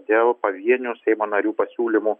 dėl pavienių seimo narių pasiūlymų